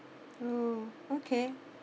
oh okay